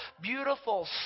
beautiful